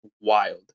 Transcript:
wild